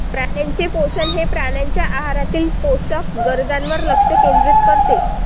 प्राण्यांचे पोषण हे प्राण्यांच्या आहारातील पोषक गरजांवर लक्ष केंद्रित करते